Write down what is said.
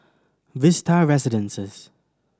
Vista Residences